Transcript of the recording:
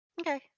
Okay